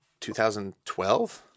2012